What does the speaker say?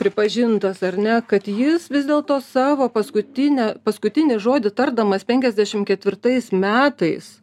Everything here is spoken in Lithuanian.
pripažintas ar ne kad jis vis dėlto savo paskutinę paskutinį žodį tardamas penkiasdešim ketvirtais metais